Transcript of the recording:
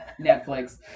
Netflix